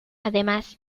además